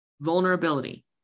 vulnerability